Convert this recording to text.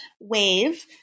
wave